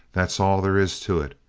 that's all there is to it.